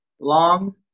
long